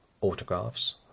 autographs